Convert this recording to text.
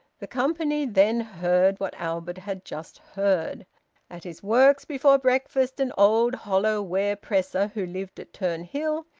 the company then heard what albert had just heard at his works before breakfast an old hollow-ware-presser, who lived at turnhill,